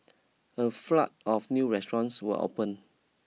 a flood of new restaurants will open